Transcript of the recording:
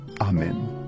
Amen